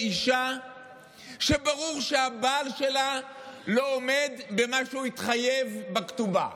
לאישה שברור שהבעל שלה לא עומד במה שהוא התחייב בכתובה,